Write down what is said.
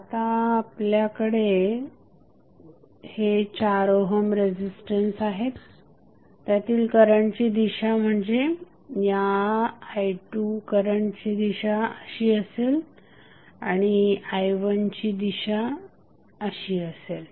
आता आपल्याकडे हे 4 रेझिस्टन्स आहेत त्यातील करंटची दिशा म्हणजे या करंट i2ची दिशा अशी असेल आणि i1ची ही दिशा असेल